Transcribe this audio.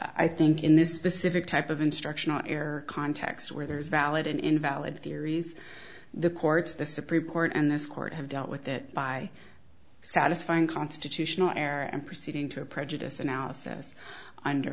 i think in this specific type of instructional air context where there is valid and invalid theories the courts the supreme court and this court have dealt with that by satisfying constitutional error and proceeding to a prejudice analysis under